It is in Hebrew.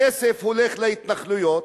הכסף הולך להתנחלויות